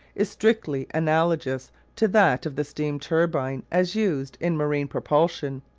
is strictly analogous to that of the steam-turbine as used in marine propulsion,